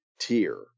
tier